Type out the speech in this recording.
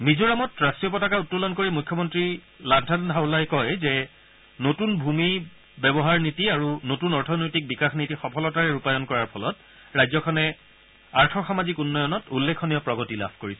মিজোৰামত ৰাষ্ট্ৰীয় পতাকা উত্তোলন কৰি মুখ্যমন্ত্ৰী লাল থনহাৱলাই কয় যে নতুন ভূমি ব্যৱহাৰ নীতি আৰু নতুন অৰ্থনৈতিক বিকাশ নীতি সফলতাৰে ৰূপায়ণ কৰাৰ ফলত ৰাজ্যখনে আৰ্থ সামাজিক উন্নয়নত উল্লেখনীয় প্ৰগতি লাভ কৰিছে